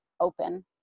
open